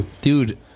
Dude